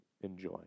enjoy